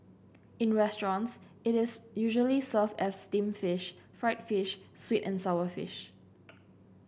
in restaurants it is usually served as steamed fish fried fish sweet and sour fish